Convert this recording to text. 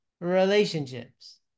relationships